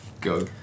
go